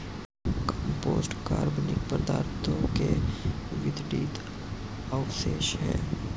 compost कार्बनिक पदार्थों के विघटित अवशेष हैं